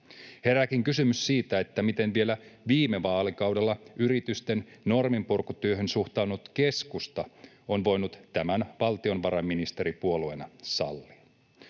Herääkin kysymys siitä, miten vielä viime vaalikaudella yritysten norminpurkutyöhön suuntautunut keskusta on voinut tämän valtiovarainministeripuolueena sallia.